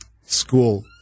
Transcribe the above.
school